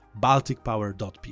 BalticPower.pl